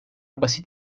basit